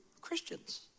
Christians